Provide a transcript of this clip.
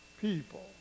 people